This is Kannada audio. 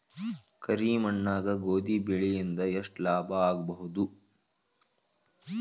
ಕರಿ ಮಣ್ಣಾಗ ಗೋಧಿ ಬೆಳಿ ಇಂದ ಎಷ್ಟ ಲಾಭ ಆಗಬಹುದ?